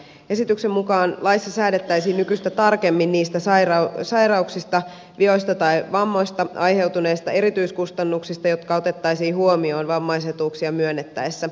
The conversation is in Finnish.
esityksen mukaan laissa säädettäisiin nykyistä tarkemmin niistä sairauksista vioista tai vammoista aiheutuneista erityiskustannuksista jotka otettaisiin huomioon vammaisetuuksia myönnettäessä